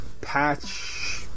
patch